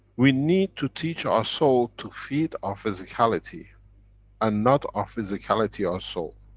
we need to teach our soul to feed our physicality and not our physicality our soul.